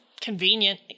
convenient